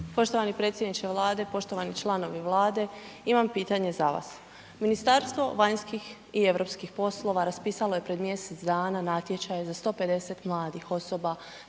Poštovani predsjedniče Vlade, poštovani članovi Vlade, imam pitanje za vas. Ministarstvo vanjskih i europskih poslova raspisalo je pred mjesec dana natječaj za 150 mladih osoba